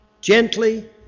gently